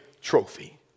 trophy